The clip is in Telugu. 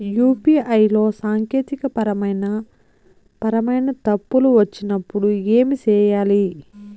యు.పి.ఐ లో సాంకేతికపరమైన పరమైన తప్పులు వచ్చినప్పుడు ఏమి సేయాలి